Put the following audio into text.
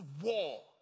war